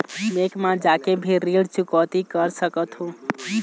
Bank मा जाके भी ऋण चुकौती कर सकथों?